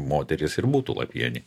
moteris ir būtų lapienė